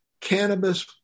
Cannabis